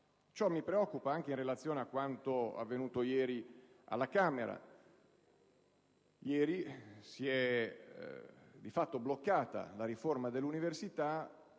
Ciò mi preoccupa anche in relazione a quanto avvenuto ieri alla Camera dove, di fatto, è stata bloccata la riforma dell'università